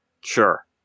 Sure